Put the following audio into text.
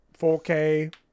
4K